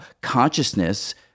consciousness